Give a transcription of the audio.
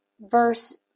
verse